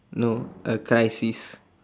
no a crisis